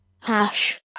Hash